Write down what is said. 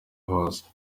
hose